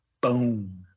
boom